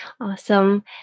Awesome